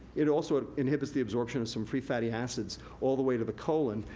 it also inhibits the absorption of some free fatty acids all the way to the colon,